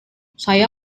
saya